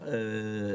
לפריפריה,